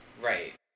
right